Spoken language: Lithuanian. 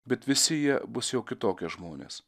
bet visi jie bus jau kitokie žmonės